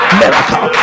miracle